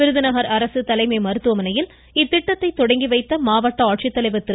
விருதுநகர் அரசு தலைமை மருத்துவமனையில் இத்திட்டத்தை தொடங்கி வைத்த மாவட்ட ஆட்சித்தலைவர் திரு